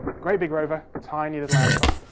great big rover, tiny little outcrop.